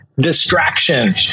distraction